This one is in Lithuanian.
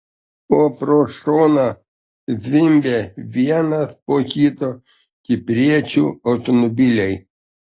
o pro šoną zvimbia vienas po kito kipriečių automobiliai